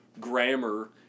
Grammar